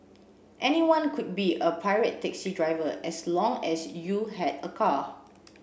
anyone could be a pirate taxi driver as long as you had a car